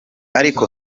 ariko